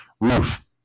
roof